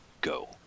go